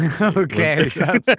Okay